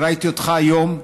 וראיתי אותך היום כעוס,